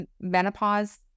menopause